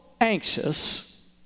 anxious